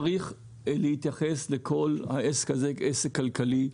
צריך להתייחס לכל העסק הזה כעסק כלכלי,